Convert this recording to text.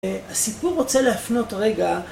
הסיפור רוצה להפנות רגע.